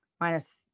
minus